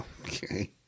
Okay